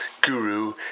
guru